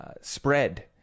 spread